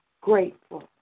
grateful